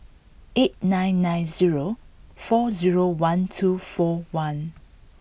eight nine nine zero four zero one two four one